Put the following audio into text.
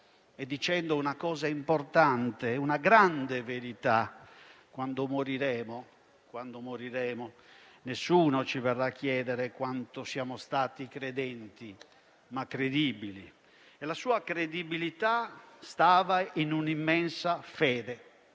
e dicendo una cosa importante, una grande verità: «Quando moriremo, nessuno ci verrà a chiedere quanto siamo stati credenti, ma credibili». La sua credibilità stava in un'immensa fede